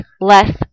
less